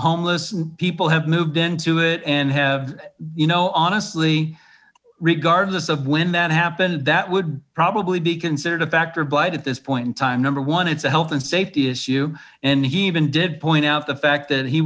homeless people have moved into it and have you know honestly regardless of when that happened that would probably be considered a factor of blight at this point in time number one it's a health and safety issue and he even did point out the fact that he